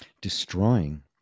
destroying